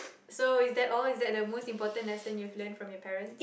so is that all is that the most important lesson you learned from your parents